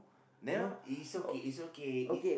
no is okay is okay in